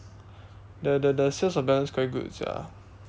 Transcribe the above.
the the the sales of balance quite good sia